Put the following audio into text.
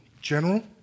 general